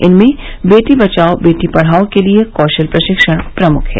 इनमें बेटी बचाओ बेटी पढ़ाओं के लिए कौशल प्रशिक्षण प्रमुख हैं